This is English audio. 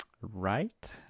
Right